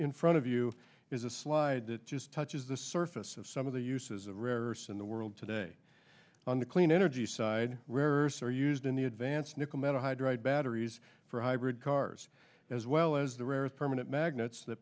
in front of you is a slide that just touches the surface of some of the uses of rare or soon the world today on the clean energy side rare earths are used in the advanced nickel metal hydride batteries for hybrid cars as well as the rare earth permanent magnets that